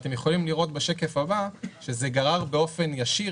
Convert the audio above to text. אתם יכולים לראות בשקף הבא שזה גרר באופן ישיר